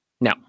Now